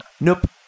Nope